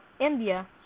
India